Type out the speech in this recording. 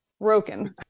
broken